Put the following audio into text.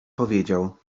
powiedział